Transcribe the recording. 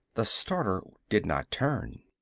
the starter did not turn.